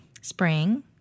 spring